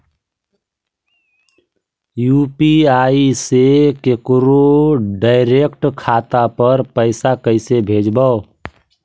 UPI से केकरो direct खाता पर पैसा कैसे भेजबै?